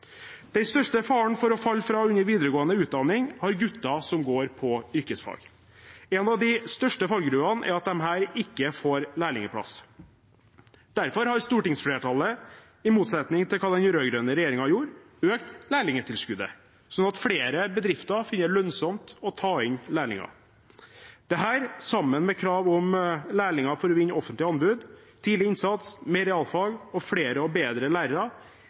Den største faren for å falle fra under videregående utdanning har gutter som går på yrkesfag. En av de største fallgruvene er at de ikke får lærlingplass. Derfor har stortingsflertallet, i motsetning til hva den rød-grønne regjeringen gjorde, økt lærlingtilskuddet, sånn at flere bedrifter finner det lønnsomt å ta inn lærlinger. Sammen med krav om lærlinger for å vinne offentlige anbud, tidlig innsats, mer realfag og flere og bedre lærere